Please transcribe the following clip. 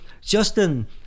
Justin